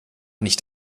nicht